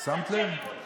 שמת לב?